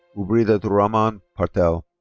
ubiadurrahman patel.